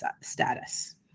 status